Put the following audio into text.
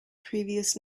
previous